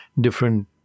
different